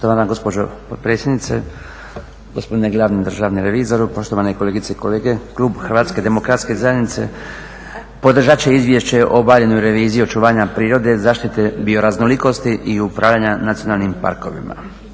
Poštovana gospođo potpredsjednice, gospodine glavni državni revizoru, poštovane kolegice i kolege. Klub HDZ-a podržat će izvješće o obavljenoj reviziji očuvanja prirode, zaštite bioraznolikosti i upravljanja nacionalnim parkovima.